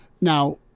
now